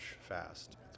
fast